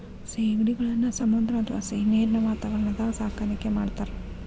ಸೇಗಡಿಗಳನ್ನ ಸಮುದ್ರ ಅತ್ವಾ ಸಿಹಿನೇರಿನ ವಾತಾವರಣದಾಗ ಸಾಕಾಣಿಕೆ ಮಾಡ್ತಾರ